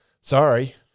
Sorry